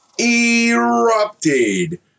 erupted